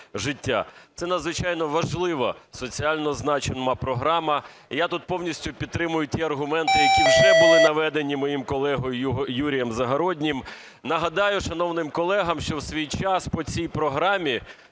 Це надзвичайно важлива соціально значима програма. Я тут повністю підтримую ті аргументи, які вже були наведені моїм колегою Юрієм Загороднім. Нагадаю шановним колегам, що у свій час по цій програмі,